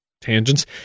tangents